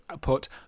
put